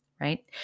Right